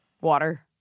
Water